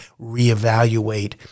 reevaluate